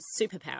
superpower